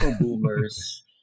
boomers